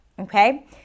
Okay